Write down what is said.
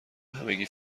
همگی